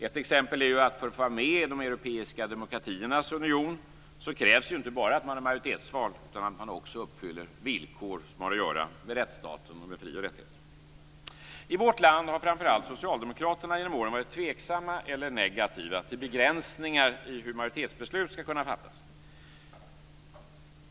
Ett exempel är att för att få vara med i de europeiska demokratiernas union krävs det inte bara att man är majoritetsvald utan att man också uppfyller villkor som har att göra med rättsstaten och med fri och rättigheter. I vårt land har framför allt Socialdemokraterna genom åren varit tveksamma eller negativa till begränsningar i hur majoritetsbeslut skall kunna fattas.